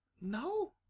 No